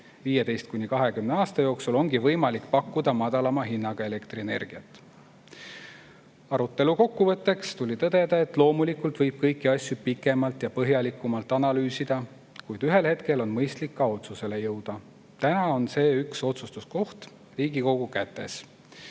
15–20 aasta jooksul ongi võimalik pakkuda madalama hinnaga elektrienergiat. Arutelu kokkuvõtteks tuli tõdeda, et loomulikult võib kõiki asju pikemalt ja põhjalikumalt analüüsida, kuid ühel hetkel on mõistlik ka otsusele jõuda. Täna on see üks otsustuskoht Riigikogu kätes.